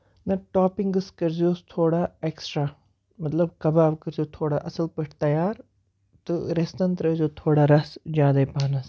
مطلب ٹوپِنگٔس کٔرزِہوس تھوڑا اٮ۪کٔسٹرا مطلب کَباب کٔرزیو تھوڑا اَصٕل پٲٹھۍ تَیار تہٕ رِستن ترٲزیو تھوڑا رَس زیادٕے پَہم